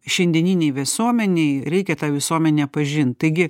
šiandieninėj visuomenėj reikia tą visuomenę pažint taigi